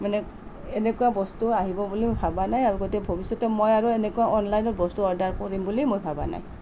মানে এনেকুৱা বস্তু আহিব বুলি ভবা নাই আৰু গতিকে ভৱিষ্যতে মই আৰু এনেকুৱা অনলাইনত বস্তু অৰ্ডাৰ কৰিম বুলি মই ভবা নাই